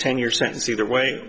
ten year sentence either way